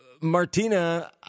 Martina